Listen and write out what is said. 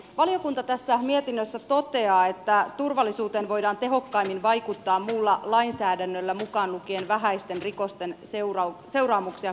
valiokunta tässä mietinnössä toteaa että turvallisuuteen voidaan tehokkaimmin vaikuttaa muulla lainsäädännöllä mukaan lukien vähäisten rikosten seuraamuksia koskeva sääntely